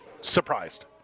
surprised